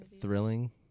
thrilling